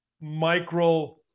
micro